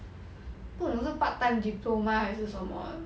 不懂是 part time diploma 还是什么的